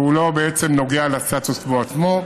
והוא לא נוגע לסטטוס קוו עצמו,